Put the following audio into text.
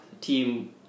Team